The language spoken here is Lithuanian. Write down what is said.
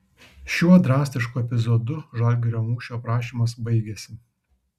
šiuo drastišku epizodu žalgirio mūšio aprašymas baigiasi